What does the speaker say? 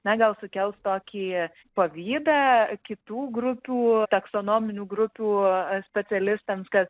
na gal sukels tokį pavydą kitų grupių taksonominių grupių specialistams kad